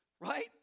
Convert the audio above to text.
Right